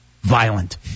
Violent